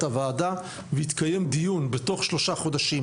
הוועדה ויתקיים דיון בתוך שלושה חודשים,